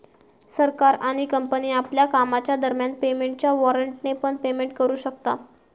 सरकार आणि कंपनी आपल्या कामाच्या दरम्यान पेमेंटच्या वॉरेंटने पण पेमेंट करू शकता